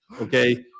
Okay